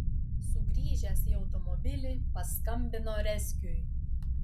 sugrįžęs į automobilį paskambino rezgiui